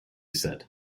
said